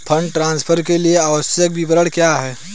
Fund transfer के लिए आवश्यक विवरण क्या हैं?